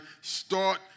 start